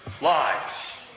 lies